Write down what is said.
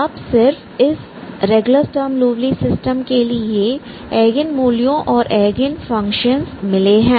आप सिर्फ इस रेगुलर स्टर्म लिउविल सिस्टम के लिए एगेन मूल्यों और एगेन फंक्शनस मिले हैं